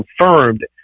confirmed